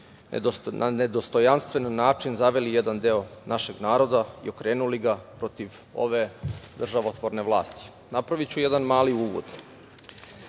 na nedostojanstven način zaveli jedan deo našeg naroda i okrenuli ga protiv ove državotvorne vlasti. Napraviću jedan mali uvod. Pre